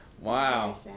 Wow